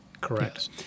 Correct